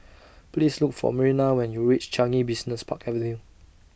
Please Look For Myrna when YOU REACH Changi Business Park Avenue